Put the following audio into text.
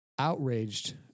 outraged